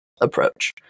approach